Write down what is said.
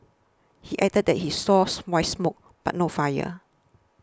he added that he saws white smoke but no fire